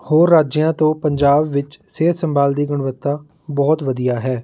ਹੋਰ ਰਾਜਿਆਂ ਤੋਂ ਪੰਜਾਬ ਵਿੱਚ ਸਿਹਤ ਸੰਭਾਲ ਦੀ ਗੁਣਵੱਤਾ ਬਹੁਤ ਵਧੀਆ ਹੈ